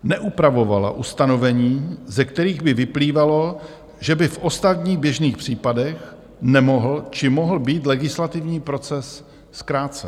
Neupravovala ustanovení, ze kterých by vyplývalo, že by v ostatních, běžných případech nemohl či mohl být legislativní proces zkrácen.